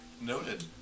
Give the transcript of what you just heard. Noted